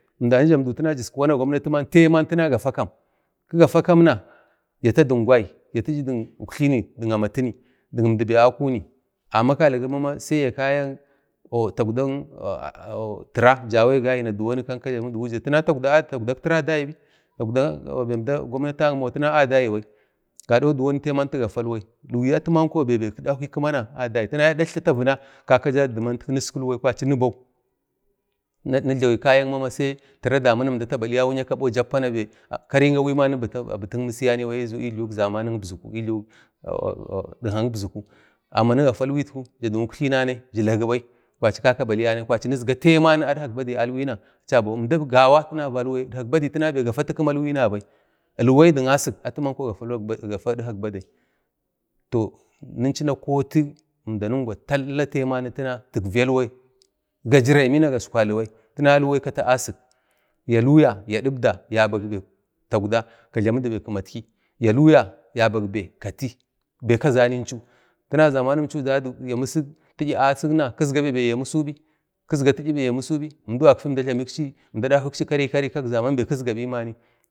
əmdani jiski wana gwanati man taiman gafa kam, ki gafa kam na yata dik jgwai, yata du uktlini dik amatini dit əmdi be a kuni amma kalagi mama sai ya kayak or taukdak tira jawe gagina diwoni kanka jlami du wujir, taukda, taukdak tira a dagi bi bai əmda gwamnati akin agi tira tina andai bai gado diwoni taiman tigafa ilwai, ilwai atiman ko bebe kidakwi kimana adai tina daktla tavinau kaka dadu dimanut ku niskilwai kumanimbau ni jlabi mama sai tira damuna əmda tabaliya kabo jappa na bai kari kawai mani abitik misubai i jluwuk zaman kibzuku kibzuku amma nigafa ilwaitku ja dik uktlinanai jinlagubai kaka balya nai kwari taimani adkak badau abzuku akcha bau əmda gawa tina valwai idkak badai tina bai gafatu kima ilwai nabai, ilwai dik asik atimanko gafa idkak badai toh ninchu na hoti əmdamingwa taiman tigafa ilwai ga jirai mina gaskwali bai tanau ilwai kata asik ya luya ya dibda yabak be ya bak taukda ka jlamudu bai kikimatki ya luya yabak bai kati be kazani inchu tana zamanimchau ya misik bai asikna kizga Ti'yi bai yamusubi əmdau gafagai əmda nakweksi karai-karai kak zaman